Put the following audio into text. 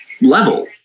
level